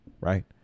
right